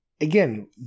again